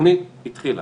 התוכנית התחילה.